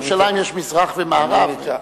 לירושלים יש מזרח ומערב.